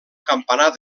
campanar